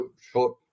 short